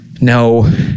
No